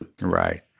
Right